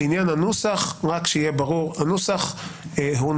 לעניין הנוסח, רק שיהיה ברור, הנוסח הונח.